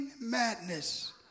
madness